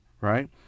right